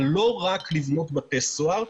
אבל לא רק לבנות בתי סוהר.